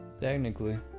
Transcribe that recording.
Technically